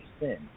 sin